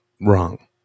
wrong